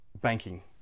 banking